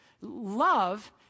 love